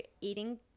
eating